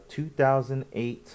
2008